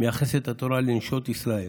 מייחסת התורה לנשות ישראל,